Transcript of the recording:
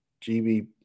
GB